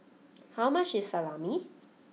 how much is Salami